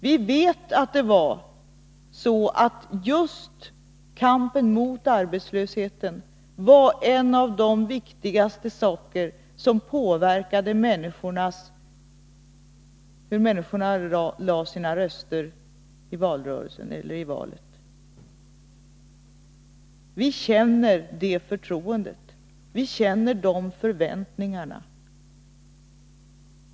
Vi vet att just kampen mot arbetslösheten var en av de saker som starkast påverkade människorna inför valet i höstas. Vi känner det förtroendet, vi känner de förväntningarna.